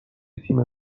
تیم